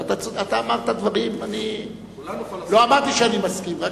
אתה אמרת דברים, לא אמרתי שאני מסכים.